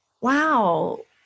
wow